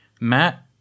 Matt